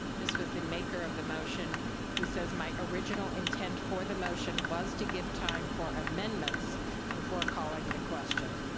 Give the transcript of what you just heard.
this was the maker of the motion who says my original intent for the motion was to give time for amendments before calling the question.